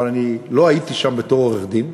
אבל לא הייתי שם בתור עורך-דין,